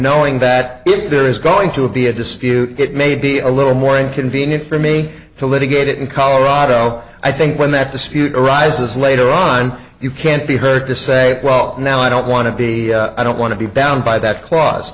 knowing that there is going to be a dispute it may be a little more inconvenient for me to litigate it in colorado i think when that dispute arises later on you can't be heard to say well now i don't want to be i don't want to be bound by that clause